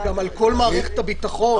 גם על כל מערכת הביטחון.